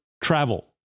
travel